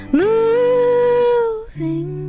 moving